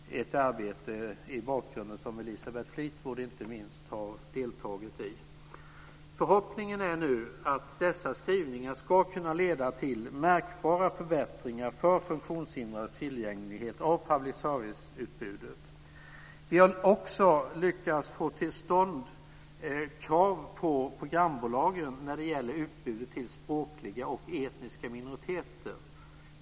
Det är ett arbete som inte minst Elisabeth Fleetwood har deltagit i. Förhoppningen är nu att dessa skrivningar ska kunna leda till märkbara förbättringar för funktionshindrades tillgänglighet till public service-utbudet. Vi har också lyckats få till stånd krav på programbolagen när det gäller utbudet till språkliga och etniska minoriteter.